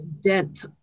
dent